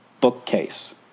bookcase